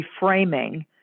reframing